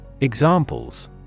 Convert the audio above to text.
Examples